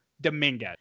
Dominguez